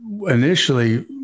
initially